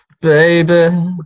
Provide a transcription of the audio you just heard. baby